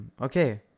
okay